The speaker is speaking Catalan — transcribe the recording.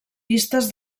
llistes